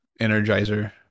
Energizer